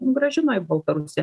grąžino į baltarusiją